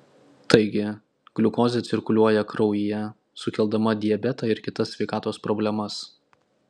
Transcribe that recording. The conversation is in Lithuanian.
taigi gliukozė cirkuliuoja kraujyje sukeldama diabetą ir kitas sveikatos problemas